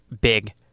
big